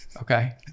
okay